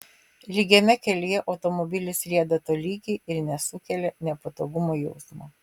lygiame kelyje automobilis rieda tolygiai ir nesukelia nepatogumo jausmo